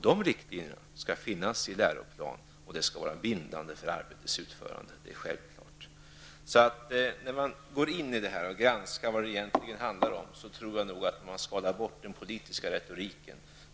De riktlinjerna skall finnas i läroplanen, och de skall vara bindande för arbetets utförande, det är självklart. När man då granskar vad det här egentligen handlar om så tror jag att man skalar bort den politiska retoriken.